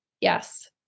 Yes